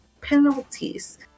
penalties